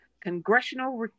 congressional